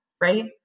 Right